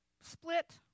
split